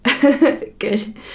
good